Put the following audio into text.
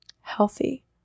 healthy